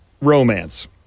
romance